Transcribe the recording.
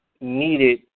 needed